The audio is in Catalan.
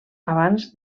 abans